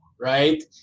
right